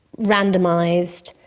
randomised,